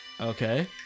Okay